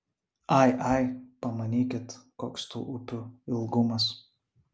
ai ai pamanykit koks tų upių ilgumas